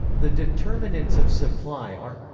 the determinants of supply are